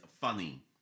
funny